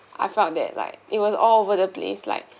I felt that like it was all over the place like